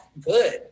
good